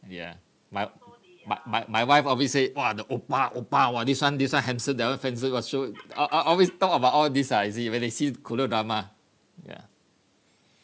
yeah my but my my wife always say !wah! the oppa oppa !wah! this one this one handsome that one handsome !wah! so al~ always talk about all this ah you see when they see korean drama